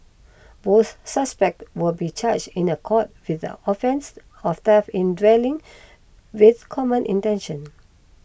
both suspects will be charged in a court with the offence of theft in dwelling with common intention